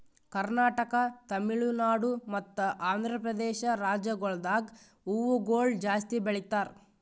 ಕರ್ನಾಟಕ, ತಮಿಳುನಾಡು ಮತ್ತ ಆಂಧ್ರಪ್ರದೇಶ ರಾಜ್ಯಗೊಳ್ದಾಗ್ ಹೂವುಗೊಳ್ ಜಾಸ್ತಿ ಬೆಳೀತಾರ್